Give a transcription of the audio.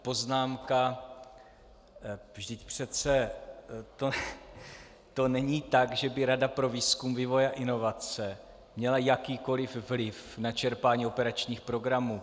Poznámka: vždyť přece to není tak, že by Rada pro výzkum, vývoj a inovace měla jakýkoli vliv na čerpání operačních programů.